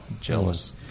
jealous